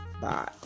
Bye